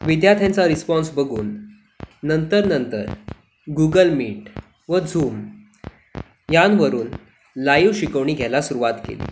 विद्यार्थ्यांचा रिस्पॉन्स बघून नंतर नंतर गूगल मीट व झूम यांवरून लाईव्ह शिकवणी घ्यायला सुरुवात केली